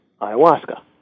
ayahuasca